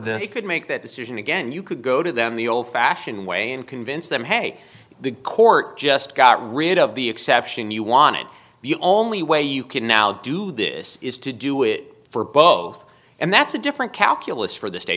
this could make that decision again you could go to them the old fashioned way and convince them hey the court just got rid of the exception you won it the only way you can now do this is to do it for both and that's a different calculus for th